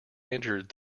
entered